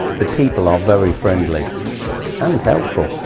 the people are very friendly and helpful.